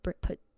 put